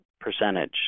percentage